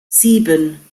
sieben